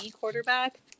quarterback